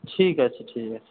ঠিক আছে ঠিক আছে